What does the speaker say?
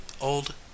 old